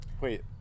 Wait